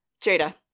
Jada